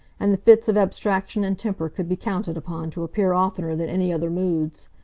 and the fits of abstraction and temper could be counted upon to appear oftener than any other moods.